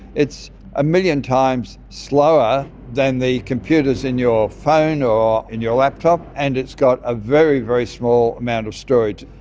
it's a million times slower than the computers in your phone or in your laptop, and it's got a very, very small amount of storage,